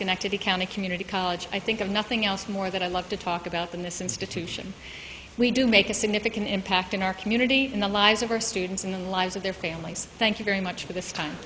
schenectady county community college i think of nothing else more that i love to talk about than this institution we do make a significant impact in our community and the lives of our students and the lives of their families thank you very much for this time